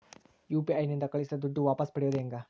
UPI ನಿಂದ ಕಳುಹಿಸಿದ ದುಡ್ಡು ವಾಪಸ್ ಪಡೆಯೋದು ಹೆಂಗ?